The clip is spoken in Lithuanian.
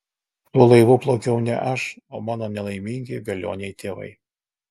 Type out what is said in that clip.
tuo laivu plaukiau ne aš o mano nelaimingi velioniai tėvai